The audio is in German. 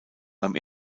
beim